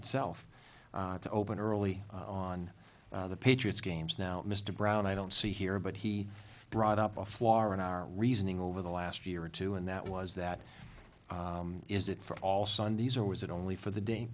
itself to open early on the patriots games now mr brown i don't see here but he brought up a flaw in our reasoning over the last year or two and that was that is it for all sundays or was it only for the day